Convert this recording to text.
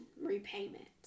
repayment